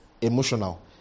emotional